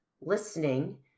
listening